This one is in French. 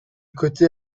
côté